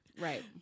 right